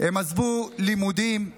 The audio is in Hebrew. הם עזבו לימודים,